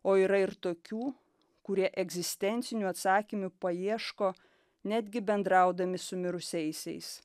o yra ir tokių kurie egzistencinių atsakymių paieško netgi bendraudami su mirusiaisiais